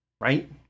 right